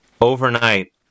overnight